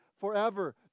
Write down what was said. forever